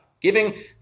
giving